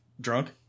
Drunk